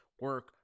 Work